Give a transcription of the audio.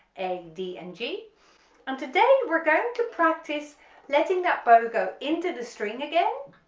a, d, and g and today we're going to practice letting that bow go into the string again